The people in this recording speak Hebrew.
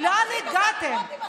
לאן הגעתם?